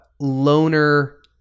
loner